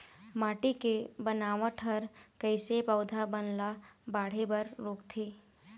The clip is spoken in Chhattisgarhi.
माटी के बनावट हर कइसे पौधा बन ला बाढ़े बर रोकथे?